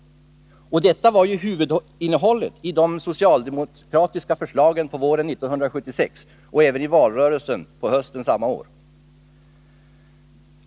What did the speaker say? Detta var ju huvudinnehållet i de socialdemokratiska förslagen på våren 1976 och i valrörelsen på hösten samma år.